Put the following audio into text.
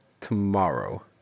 tomorrow